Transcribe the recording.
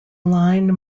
line